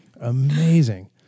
Amazing